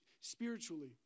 spiritually